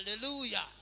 Hallelujah